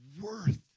worth